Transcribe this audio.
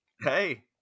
hey